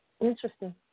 Interesting